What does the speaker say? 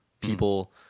people